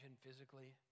physically